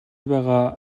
байгаа